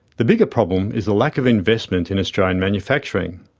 the bigger problem is the lack of investment in australian manufacturing.